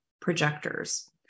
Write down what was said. projectors